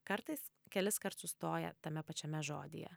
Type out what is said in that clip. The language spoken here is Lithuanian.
kartais keliskart sustoja tame pačiame žodyje